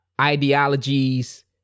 ideologies